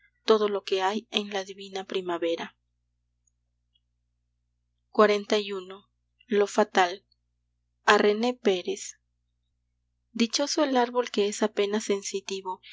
todo lo que hay en la divina primavera xli lo fatal a rené pérez dichoso el árbol que es apenas sensitivo